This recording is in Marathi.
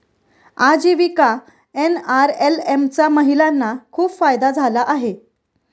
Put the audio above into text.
आजीविका एन.आर.एल.एम चा महिलांना खूप फायदा झाला आहे